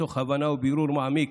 מתוך הבנה ובירור מעמיק